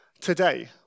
today